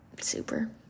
super